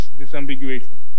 disambiguation